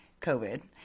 COVID